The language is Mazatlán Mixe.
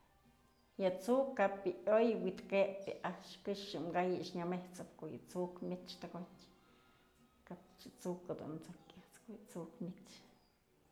Yë t'suk kap yë yoyë wi'i ke'ep yë a'ax këxë ka'ay yë nyamët'sëp ko'o yë t'suk myëch tëkotyë, kap yë t'suk dun t'sokyë ko'o yë t'suk myech.